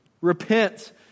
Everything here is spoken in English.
Repent